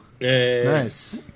Nice